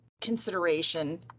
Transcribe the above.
consideration